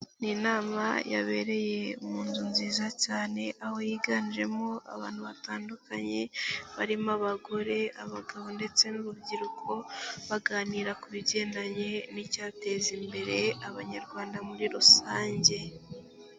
Ni inama yabereye mu nzu nziza cyane aho yiganjemo abantu batandukanye barimo; abagore, abagabo ndetse n'urubyiruko, baganira ku bigendanye n'icyateza imbere abanyarwanda muri rusange.